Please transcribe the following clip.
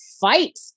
fight